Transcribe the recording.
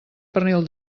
pernil